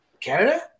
Canada